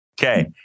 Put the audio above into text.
Okay